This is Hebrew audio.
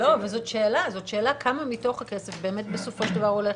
זאת שאלה כמה מתוך הכסף באמת בסופו של דבר הולך,